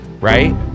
Right